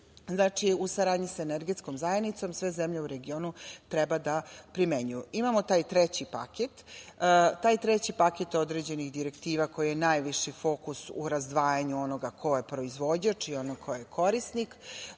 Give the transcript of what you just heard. u saradnji sa Energetskom zajednicom sve zemlje u regionu treba da primenjuju. Imamo taj treći paket. Taj treći paket određenih direktiva koji je najviši fokus u razdvajanju onoga ko je proizvođač i onoga ko je korisnik,